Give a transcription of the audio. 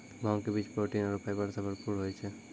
भांग के बीज प्रोटीन आरो फाइबर सॅ भरपूर होय छै